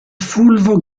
fulvo